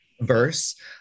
verse